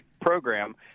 program